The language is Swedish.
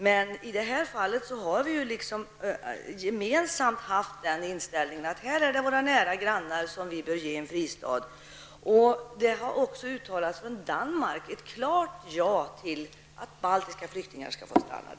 Men i det här fallet har vi ju gemensamt haft inställningen att det är fråga om våra nära grannar som vi bör ge en fristad. Det har också från Danmark uttalats ett klart ja till att baltiska flyktingar skall få stanna i